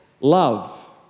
Love